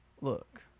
look